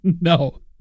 No